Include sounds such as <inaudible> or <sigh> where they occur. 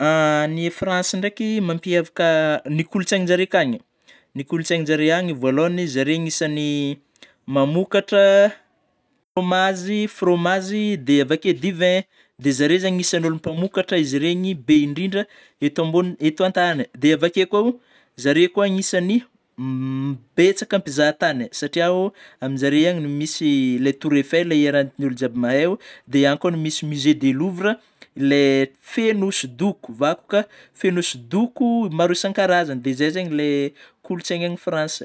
<hesitation> Ny France ndraiky mampiavaka ny kolotsainjareo akany ny kolotsainjareo any voalohany zareo anisagn'ny mamokatra fromazy, fromazy dia avy akeo di-vin zareo zany agnisany ôlô mpamokatra be indrindra eto ambony- eto an-tany dia avy akeo koa zareo koa anisan'ny betsaka mpizahan-tany satria o aminjareo any no misy ilay tour eiffel iarahan'ny olo jiaby mahay; dia any koa misy musé de louvre le feno hosodoko vakoka feno hosodoko maro isankarazany dia izay zegny ilay kolotsaignan'i France